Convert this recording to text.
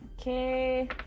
Okay